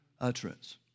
utterance